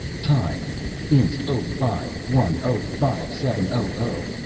time inst oh five. one oh five seven. oh oh.